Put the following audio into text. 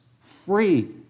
free